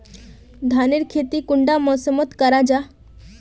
धानेर खेती कुंडा मौसम मोत करा जा?